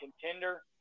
contender